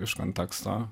iš konteksto